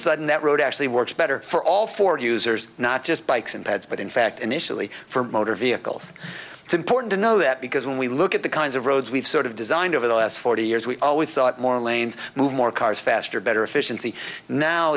sudden that road actually works better for all for users not just bikes and pads but in fact initially for motor vehicles it's important to know that because when we look at the kinds of roads we've sort of designed over the last forty years we've always thought more lanes move more cars faster better efficiency now